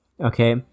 Okay